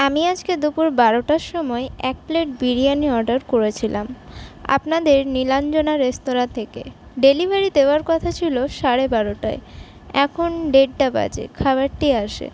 আমি আজকে দুপুর বারোটার সময় এক প্লেট বিরিয়ানি অর্ডার করেছিলাম আপনাদের নীলাঞ্জনা রেস্তোরাঁ থেকে ডেলিভারি দেওয়ার কথা ছিল সাড়ে বারোটায় এখন দেড়টা বাজে খাবারটি আসে